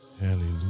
Hallelujah